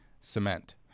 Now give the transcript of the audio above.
cement